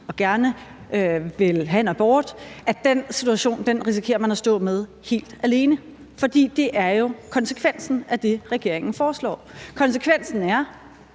og gerne vil have en abort, kan stå i den situation helt alene. For det er jo konsekvensen af det, regeringen foreslår. Konsekvensen er,